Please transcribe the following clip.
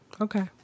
Okay